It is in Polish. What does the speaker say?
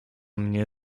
mnie